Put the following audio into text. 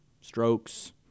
strokes